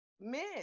men